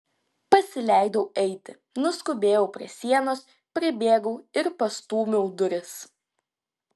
pasileidau eiti nuskubėjau prie sienos pribėgau ir pastūmiau duris